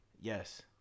Yes